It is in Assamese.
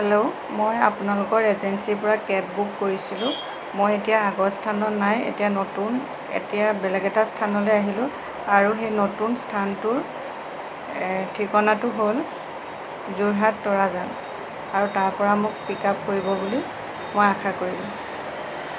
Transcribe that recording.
হেল্ল' মই আপোনালোকৰ এজেঞ্চিৰপৰা কেব বুক কৰিছিলোঁ মই এতিয়া আগৰ স্থানত নাই এতিয়া নতুন এতিয়া বেলেগ এটা স্থানলৈ আহিলোঁ আৰু সেই নতুন স্থানটোৰ ঠিকনাটো হ'ল যোৰহাট তৰাজান আৰু তাৰপৰা মোক পিকআপ কৰিব বুলি মই আশা কৰিলোঁ